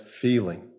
feeling